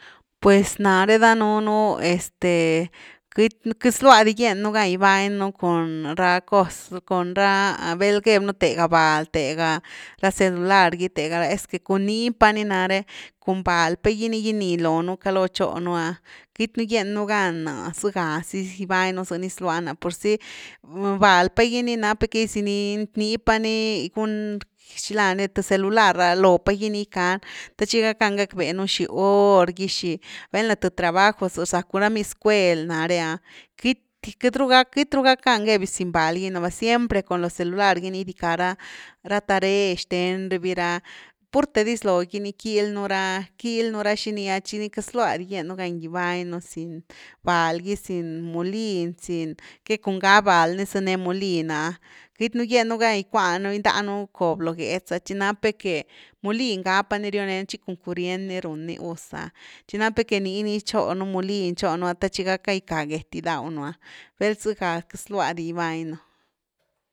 Pues nare danuunu este quei-queity zlua dia gien nú gan givany nú cun ra cos, cun ra vel geby nú thega val, tegha ra celular gy thega ra, esque cun niipa ni na´re, cun val pa gy ni ginii lonu caloo chónu’a queitynú gien nú gan zëga zy givannu zëni zlua ná, purzy val pa gini nap ni que giziniin, nii pa ni gun, xilá ni th celular’a lopa gini gickan te chi gackan gackbee nú xi hor gy xi vel na th trabajo za rzacku ra miny zcuel náre’a nqueity, queity ru gackan gebiuzin vál gy na va, siempre cun locelular gy ni gidica ra- r ataree xthen ravira, purte dis lo’gy ni quil’nu ra, quil nú ra xini’a chi ni queity zlua dia gienu gan gibáni nú sin val gy sin mulin sin que cun ga vál zané mulin’a queity nú gien nú gan gickuanu gindánú cob lo gétz, chi napnu que mulin gap a ni rionen chic un curien ni run ni gus’a, chi napnu que nii ni chonu molin chónu te chi gackan gicka get gidaw nú’a, vel zëga queity zlua dia gibaninú.